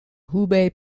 hubei